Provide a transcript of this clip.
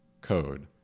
code